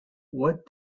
what